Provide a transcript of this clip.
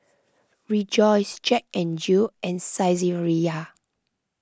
Rejoice Jack N Jill and Saizeriya